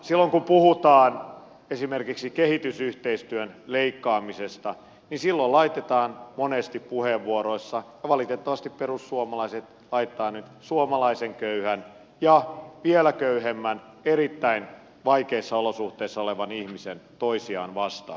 silloin kun puhutaan esimerkiksi kehitysyhteistyön leikkaamisesta niin silloin monesti puheenvuoroissa laitetaan ja valitettavasti perussuomalaiset laittaa nyt suomalaisen köyhän ja vielä köyhemmän erittäin vaikeissa olosuhteissa olevan ihmisen toisiaan vastaan